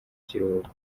ikiruhuko